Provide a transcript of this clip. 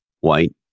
white